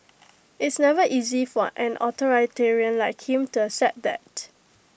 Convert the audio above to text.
it's never easy for an authoritarian like you to accept that